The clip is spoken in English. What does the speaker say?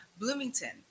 Bloomington